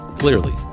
clearly